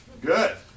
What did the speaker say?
Good